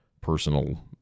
personal